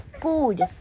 food